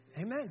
Amen